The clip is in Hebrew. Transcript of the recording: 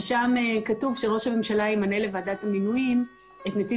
ששם כתוב שראש הממשלה ימנה לוועדת המינויים את נציב